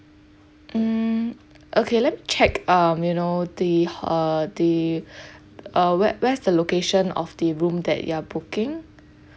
hmm okay let me check um you know the h~ uh the uh whe~ where's the location of the room that you're booking